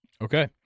Okay